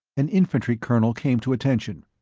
an infantry colonel came to attention.